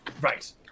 Right